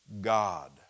God